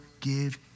give